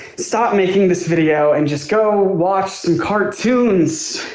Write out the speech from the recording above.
stop making this video and just go watch some cartoons.